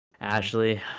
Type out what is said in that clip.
ashley